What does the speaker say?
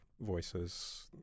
voices